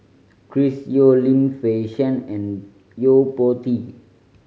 Chris Yeo Lim Fei Shen and Yo Po Tee